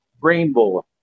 rainbow